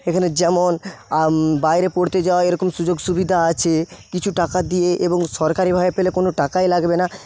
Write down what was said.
এখানে যেমন বাইরে পড়তে যাওয়া এরকম সুযোগসুবিধা আছে কিছু টাকা দিয়ে এবং সরকারিভাবে পেলে কোনো টাকাই লাগবে না